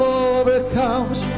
overcomes